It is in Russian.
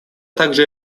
также